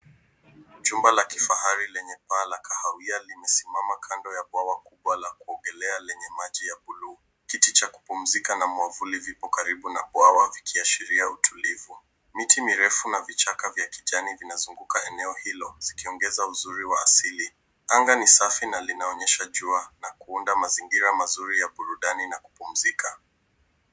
Jumba la kifahari lenye paa la kahawia limesimama kando ya mbwawa kubwa wa kuongelea lenye maji ya bluu. kiti cha kupumzika na mwafuli viko karibu na mbwawa vikiashiria utulivu. Miti mirefu na vichaka vya kijani vinazungunga eneo hilo zikiongeza uzuri wa asili. Angaa ni safi na linaonyesha jua na kuunda mazingira mazuri ya burudani na kupumzika.